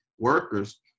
workers